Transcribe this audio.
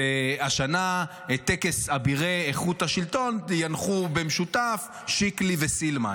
והשנה את טקס אבירי איכות השלטון ינחו במשותף שיקלי וסילמן.